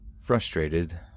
Frustrated